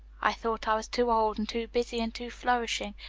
i thought i was too old, and too busy, and too flourishing,